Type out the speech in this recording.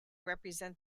represent